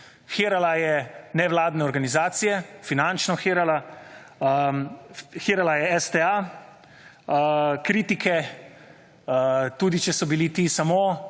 Hirala je nevladne organizacije finančno hirala. Hirala je STA, kritike tudi, če so bili ti samo